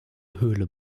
höhle